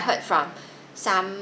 I heard from some